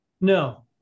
no